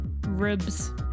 ribs